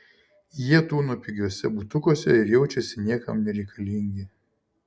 jie tūno pigiuose butukuose ir jaučiasi niekam nereikalingi